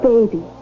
Baby